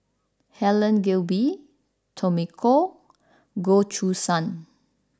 Helen Gilbey Tommy Koh Goh Choo San